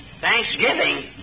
Thanksgiving